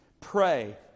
pray